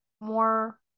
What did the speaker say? more